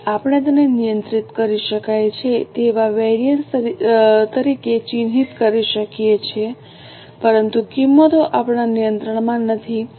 તેથી આપણે તેને નિયંત્રિત કરી શકાય તેવા વેરિએન્સ તરીકે ચિહ્નિત કરી શકીએ છીએ પરંતુ કિંમતો આપણા નિયંત્રણમાં નથી